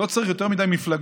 לא צריך יותר מדי מפלגות: